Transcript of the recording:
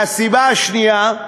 והסיבה השנייה,